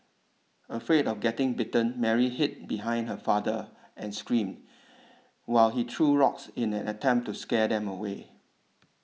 afraid of getting bitten Mary hid behind her father and screamed while he threw rocks in an attempt to scare them away